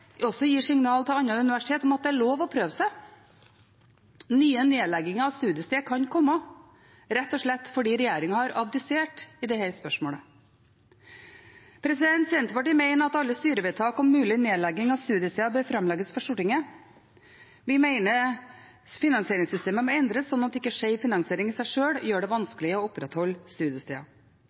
er lov å prøve seg. Nye nedlegginger av studiesteder kan komme, rett og slett fordi regjeringen har abdisert i dette spørsmålet. Senterpartiet mener at alle styrevedtak om mulig nedlegging av studiesteder bør framlegges for Stortinget. Vi mener finansieringssystemet må endres slik at ikke skeiv finansiering i seg sjøl gjør det vanskelig å opprettholde studiesteder.